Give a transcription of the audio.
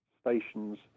station's